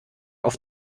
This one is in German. auf